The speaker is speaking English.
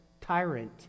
tyrant